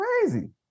crazy